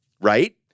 right